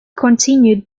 continued